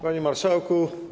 Panie Marszałku!